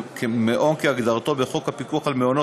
מעון כהגדרתו בחוק הפיקוח על מעונות,